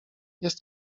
jest